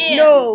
no